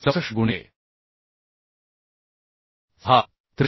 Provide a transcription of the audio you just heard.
64 गुणिले 6